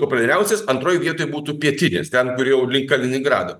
populiariausias antroj vietoj būtų pietinis ten kur jau link kaliningrado